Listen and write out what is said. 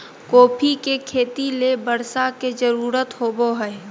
coffee के खेती ले बर्षा के जरुरत होबो हइ